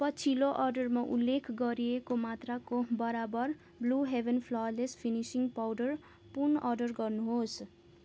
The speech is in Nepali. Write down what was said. पछिलो अर्डरमा उल्लेख गरिएको मात्राको बराबर blue heaven flawless finishing powder पुनः अर्डर गर्नुहोस्